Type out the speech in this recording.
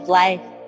life